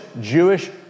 Jewish